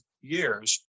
years